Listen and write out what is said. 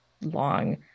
long